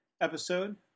episode